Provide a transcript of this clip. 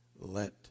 let